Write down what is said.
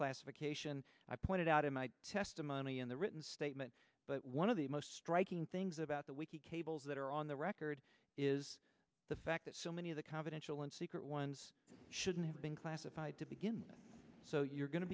overclassification i pointed out in my testimony in the written statement but one of the most striking things about the wiki cables that are on the record is the fact that so many of the confidential and secret ones shouldn't have been classified to begin so you're going to